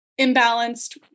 imbalanced